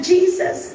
Jesus